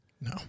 No